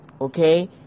Okay